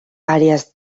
áreas